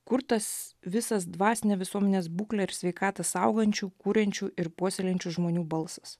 kur tas visas dvasinę visuomenės būklę ir sveikatą saugančių kuriančių ir puoselėjančių žmonių balsas